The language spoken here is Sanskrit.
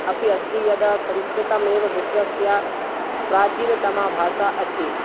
अपि अस्ति यद् संस्कृतमेव विश्वस्य प्राचीनतमा भाषा अस्ति